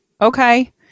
Okay